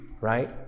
right